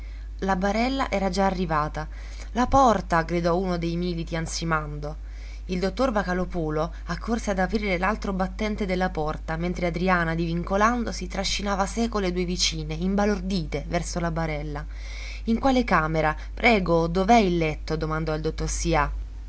la barella era già arrivata la porta gridò uno dei militi ansimando il dottor vocalòpulo accorse ad aprire l'altro battente della porta mentre adriana divincolandosi trascinava seco le due vicine imbalordite verso la barella in quale camera prego dov'è il letto domandò il dottor sià